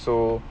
so